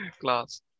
Class